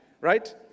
right